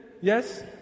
Yes